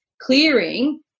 clearing